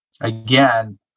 again